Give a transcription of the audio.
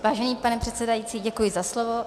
Vážený pane předsedající, děkuji za slovo.